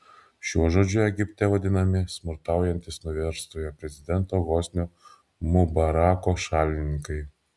šiuo žodžiu egipte vadinami smurtaujantys nuverstojo prezidento hosnio mubarako šalininkai